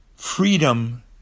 freedom